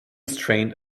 strained